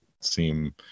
seem